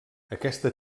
aquesta